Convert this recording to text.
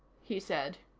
he said.